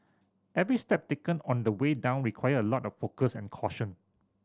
every step taken on the way down required a lot of focus and caution